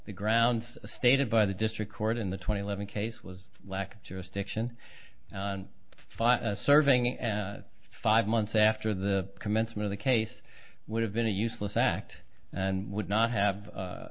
the grounds stated by the district court in the twenty levin case was lack jurisdiction on file serving five months after the commencement of the case would have been a useless act and would not have